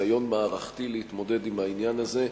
ניסיון מערכתי להתמודד עם העניין הזה.